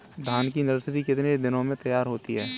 धान की नर्सरी कितने दिनों में तैयार होती है?